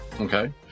Okay